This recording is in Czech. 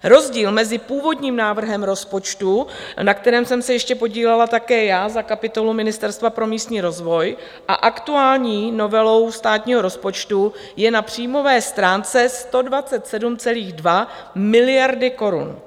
Rozdíl mezi původním návrhem rozpočtu, na kterém jsem se ještě podílela také já za kapitolu Ministerstva pro místní rozvoj, a aktuální novelou státního rozpočtu je na příjmové stránce 127,2 miliardy korun.